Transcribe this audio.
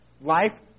Life